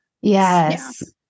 Yes